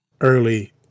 early